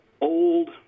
Old